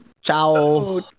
Ciao